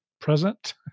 Present